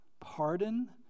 pardon